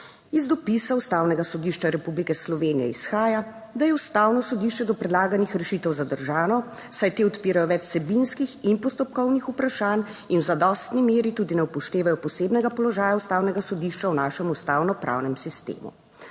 Iz dopisa Ustavnega sodišča Republike Slovenije izhaja, da je Ustavno sodišče do predlaganih rešitev zadržano, saj te odpirajo več vsebinskih in postopkovnih vprašanj in v zadostni meri tudi ne upoštevajo posebnega položaja Ustavnega sodišča v našem ustavno pravnem sistemu.